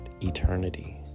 eternity